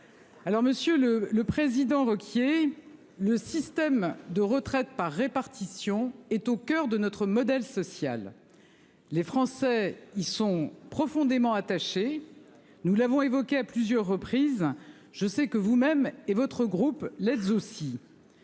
Monsieur le le président Ruquier le système de retraite par répartition est au coeur de notre modèle social. Les Français ils sont profondément attachés. Nous l'avons évoqué à plusieurs reprises. Je sais que vous-même et votre groupe l'aussi.